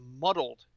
muddled